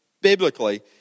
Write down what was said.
biblically